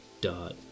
dot